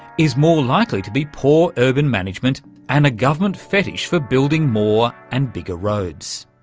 is more likely to be poor urban management and a government fetish for building more and bigger roads.